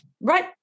right